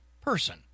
person